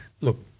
look